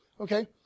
Okay